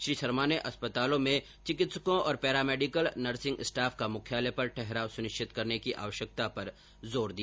श्री शर्मा ने अस्पतालों में चिकित्सकों और पैरामेडिकल नर्सिंग स्टॉफ का मुख्यालय पर ठहराव सुनिश्चित कराने की आवश्यकता पर जोर दिया